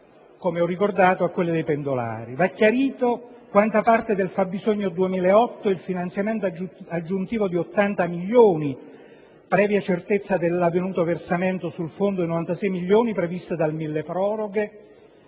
come ho ricordato per quelli dei pendolari. Va chiarito quanta parte del fabbisogno 2008 il finanziamento aggiuntivo di 80 milioni, previa certezza dell'avvenuto versamento sul fondo di 96 milioni, previsto dal «milleproroghe»,